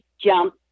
jump